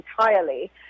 entirely